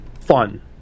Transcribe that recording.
fun